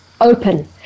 open